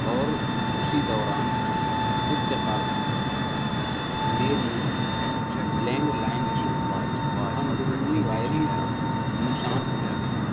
اور اسی دوران اتفاقاََ میری لینڈلائن کی اندرونی وائرنگ کو نقصان پہنچ گیا